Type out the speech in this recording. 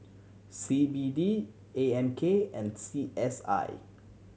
C B D A M K and C S I